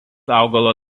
augalo